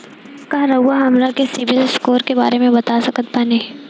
का रउआ हमरा के सिबिल स्कोर के बारे में बता सकत बानी?